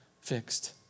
fixed